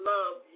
Love